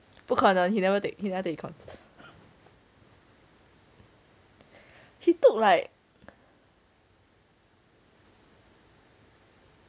不可能 he never take he never take econs he took like